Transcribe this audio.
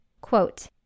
quote